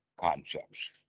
concepts